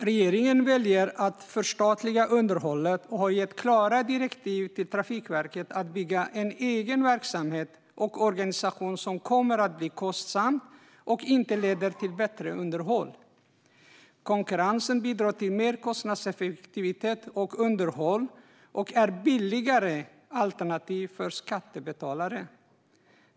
Regeringen väljer att förstatliga underhållet och har gett klara direktiv till Trafikverket om att man ska bygga upp en egen verksamhet och organisation som kommer att bli kostsam och som inte kommer att leda till bättre underhåll. Konkurrens bidrar till mer kostnadseffektivitet och underhåll och är ett billigare alternativ för skattebetalarna.